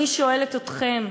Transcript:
אני שואלת אתכם: